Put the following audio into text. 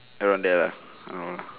around there lah I don't know